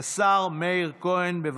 השר מאיר כהן, בבקשה.